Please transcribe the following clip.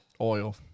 Oil